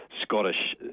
Scottish